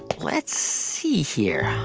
let's see here.